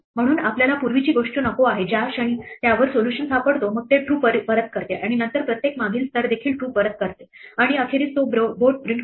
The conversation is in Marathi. म्हणून आपल्याला पूर्वीची गोष्ट नको आहे ज्या क्षणी त्यावर सोल्युशन सापडतो मग ते true परत करते आणि नंतर प्रत्येक मागील स्तर देखील true परत करते आणि अखेरीस तो बोर्ड प्रिंट करतो